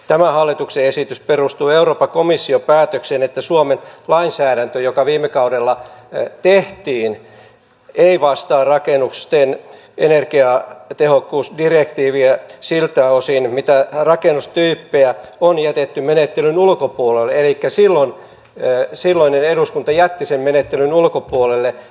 tämä hallituksen esitys perustuu euroopan komission päätökseen että se suomen lainsäädäntö joka viime kaudella tehtiin ei vastaa rakennusten energiatehokkuusdirektiiviä siltä osin mitä rakennustyyppejä on jätetty menettelyn ulkopuolelle elikkä silloinen eduskunta jätti sen menettelyn ulkopuolelle